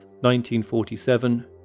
1947